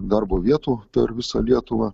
darbo vietų per visą lietuvą